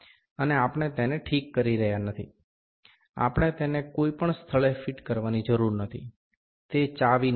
અને આપણે તેને ઠીક કરી રહ્યાં નથી આપણે તેને કોઈ પણ સ્થળે ફિટ કરવાની જરૂર નથી તે ચાવી નથી